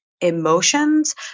emotions